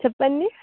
చెప్పండి